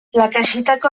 lakaxitako